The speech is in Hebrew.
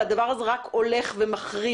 והדבר הזה רק הולך ומחריף.